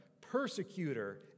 persecutor